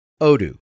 Odoo